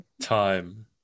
time